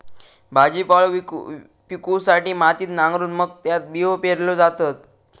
भाजीपालो पिकवूसाठी मातीत नांगरून मग त्यात बियो पेरल्यो जातत